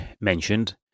mentioned